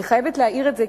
אני חייבת להעיר את זה,